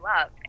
love